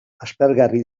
aspergarri